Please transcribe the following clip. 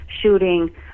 shooting